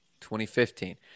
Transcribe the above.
2015